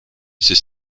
ces